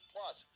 Plus